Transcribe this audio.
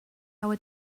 our